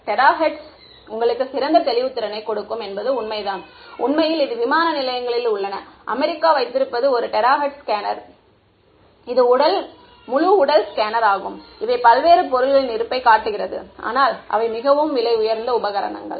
terahertz உங்களுக்கு சிறந்த தெளிவுத்திறனைக் கொடுக்கும் என்பது உண்மைதான் உண்மையில் இது விமான நிலையங்களில் உள்ளன அமெரிக்கா வைத்திருப்பது ஒரு டெராஹெர்ட்ஸ் ஸ்கேனர் இது முழு உடல் ஸ்கேனர் ஆகும் இவை பல்வேறு பொருட்களின் இருப்பை காட்டுகிறது ஆனால் அவை மிகவும் விலையுயர்ந்த உபகரணங்கள்